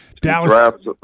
Dallas